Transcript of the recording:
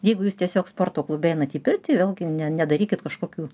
jeigu jūs tiesiog sporto klube einat į pirtį vėlgi ne nedarykit kažkokių